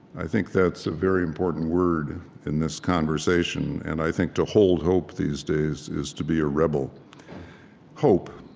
i think that's a very important word in this conversation. and i think to hold hope these days is to be a rebel hope.